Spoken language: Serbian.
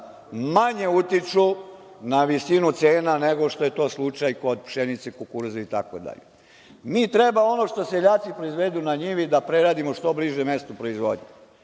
manje utiču na visinu cena, nego što je to slučaj kod pšenice, kukuruza itd. Mi treba ono što seljaci proizvedu na njivi da preradimo što bliže mestu proizvodnje.